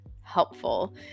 helpful